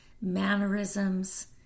mannerisms